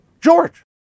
George